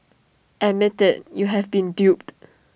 admit IT you have been duped